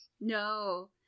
no